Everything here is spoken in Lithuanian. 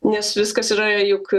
nes viskas yra juk